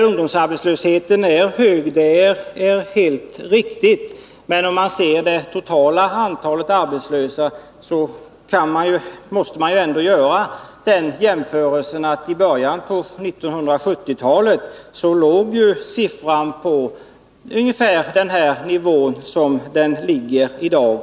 Ungdomsarbetslösheten är hög, det är helt riktigt. Men om man ser till det totala antalet arbetslösa, måste man göra en jämförelse med antalet i början av 1970-talet. Då låg siffran på ungefär den nivå som den ligger i dag.